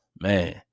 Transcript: man